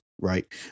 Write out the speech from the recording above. right